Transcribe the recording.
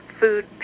food